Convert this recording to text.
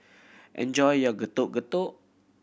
enjoy your Getuk Getuk